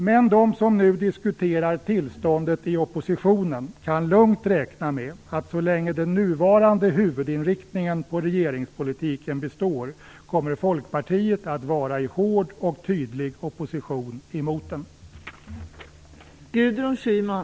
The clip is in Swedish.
Men de som nu diskuterar tillståndet i oppositionen kan lugnt räkna med att Folkpartiet så länge den nuvarande huvudinriktningen på regeringspolitiken består kommer att vara i hård och tydlig opposition emot den.